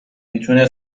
میتونه